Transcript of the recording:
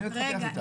רגע.